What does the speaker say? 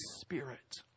Spirit